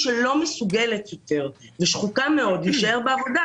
שלא מסוגלת יותר - היא שחוקה מאוד להישאר בעבודה,